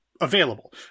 available